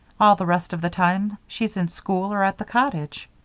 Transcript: all the rest of the time she's in school or at the cottage.